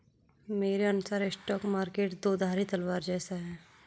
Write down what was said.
मेरे अनुसार stock market दो धारी तलवार जैसा है